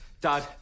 Dad